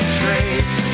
trace